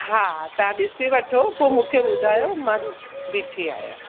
हा तव्हां ॾिसी वठो पोइ मूंखे ॿुधायो मां बीठी आहियां